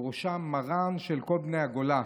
ובראשם רבם של כל בני הגולה,